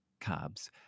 carbs